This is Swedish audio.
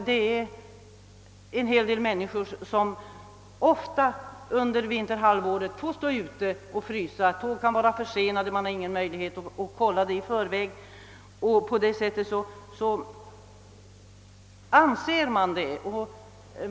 Det är ganska många människor som under vinterhalvåret får stå utanför det stängda stationshuset och frysa, när ett tåg har blivit försenat och man inte har haft någon möjlighet att erhålla kännedom om det i förväg.